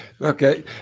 okay